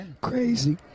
Crazy